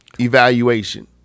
evaluation